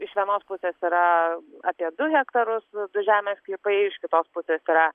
iš vienos pusės yra apie du hektarus žemės sklypai iš kitos pusės yra